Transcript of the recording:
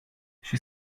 she